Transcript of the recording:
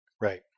right